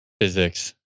physics